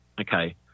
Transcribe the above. okay